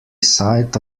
site